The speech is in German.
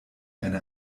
eine